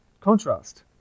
contrast